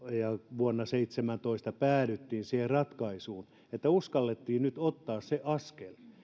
vuonna kaksituhattaseitsemäntoista päädyttiin siihen ratkaisuun että uskallettiin nyt ottaa se askel